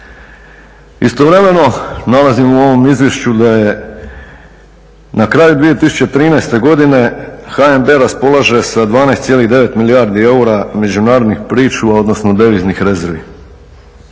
Istovremeno nalazimo u ovom izvješću da je na kraju 2013. godine, HNB raspolaže sa 12,9 milijardi eura međunarodnih pričuva odnosno deviznih rezervi.